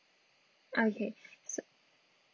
okay so